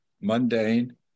mundane